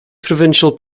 provincial